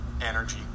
energy